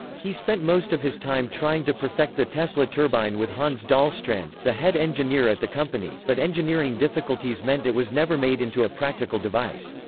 he spent most of his time trying to perfect the tesla turbine with hans dahlstrand, the head engineer at the company, but engineering difficulties meant it was never made into a practical device.